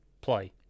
play